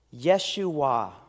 Yeshua